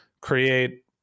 create